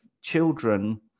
children